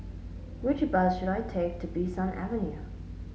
which bus should I take to Bee San Avenue